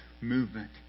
movement